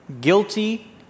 Guilty